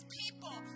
people